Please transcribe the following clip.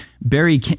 Barry